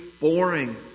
boring